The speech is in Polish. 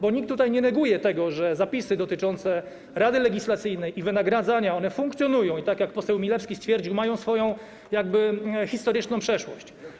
Bo nikt tutaj nie neguje tego, że zapisy dotyczące Rady Legislacyjnej i wynagradzania funkcjonują i, tak jak poseł Milewski stwierdził, mają swoją jakby historyczną przeszłość.